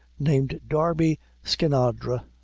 named darby skinadre.